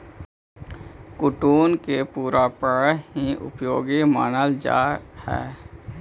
कुट्टू के पुरा पेड़ हीं उपयोगी मानल जा हई